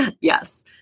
yes